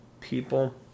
people